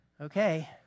Okay